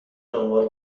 دنبال